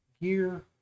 gear